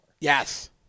Yes